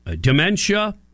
Dementia